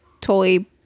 toy